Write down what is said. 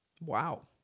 Wow